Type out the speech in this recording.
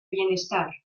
bienestar